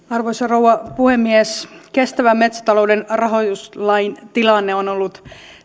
arvoisa rouva puhemies kestävän metsätalouden rahoituslain tilanne on ollut